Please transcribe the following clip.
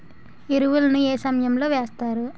ఎరువుల ను ఏ సమయం లో వేస్తారు?